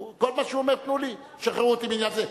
כל מה שהוא אומר: תנו לי, שחררו אותי בעניין זה.